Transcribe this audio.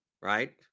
right